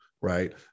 right